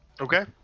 okay